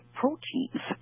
proteins